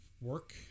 work